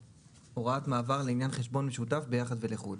73.הוראות מעבר לעניין חשבון משותף יחיד ולחוד